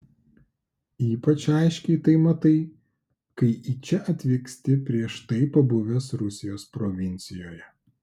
ypač aiškiai tai matai kai į čia atvyksti prieš tai pabuvęs rusijos provincijoje